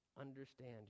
understand